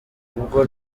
ubwo